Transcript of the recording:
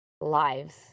lives